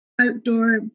outdoor